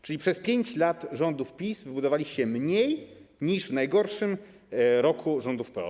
Czyli przez 5 lat rządów PiS wybudowaliście mniej niż w najgorszym roku rządów PO.